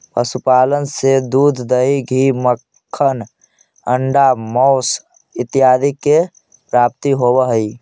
पशुपालन से दूध, दही, घी, मक्खन, अण्डा, माँस इत्यादि के प्राप्ति होवऽ हइ